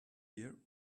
year